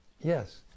yes